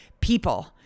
people